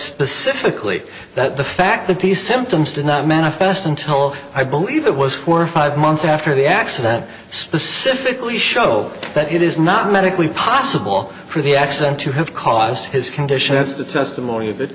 specifically that the fact that the symptoms did not manifest until i believe it was four or five months after the accident specifically show that it is not medically possible for the accident to have caused his condition if the testimony